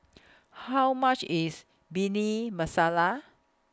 How much IS Bhindi Masala